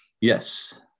Yes